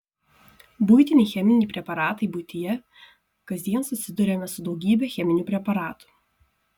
buitiniai cheminiai preparatai buityje kasdien susiduriame su daugybe cheminių preparatų